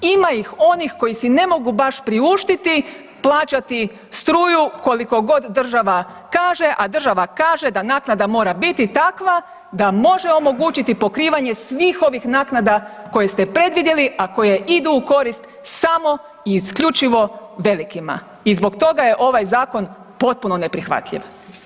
Ima ih onih koji si ne mogu baš priuštiti plaćati struju koliko god država kaže, a država kaže da naknada mora biti takva da može omogućiti pokrivanje svih ovih naknada koje ste predvidjeli, a koje idu u korist samo i isključivo velikima i zbog toga je ovaj zakon potpuno neprihvatljiv.